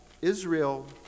Israel